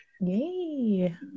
Yay